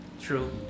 True